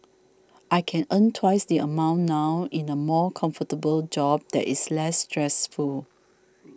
I can earn twice the amount now in a more comfortable job that is less stressful